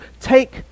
take